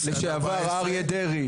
לשעבר אריה דרעי.